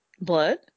blood